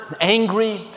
angry